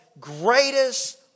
greatest